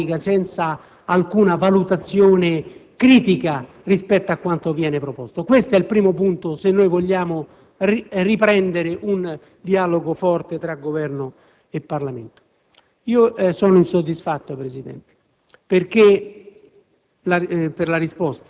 assolutamente burocratica, senza alcuna valutazione critica rispetto a quanto viene indicato. Questo è il primo punto se vogliamo riprendere un dialogo forte tra Governo e Parlamento. Sono insoddisfatto, Presidente, per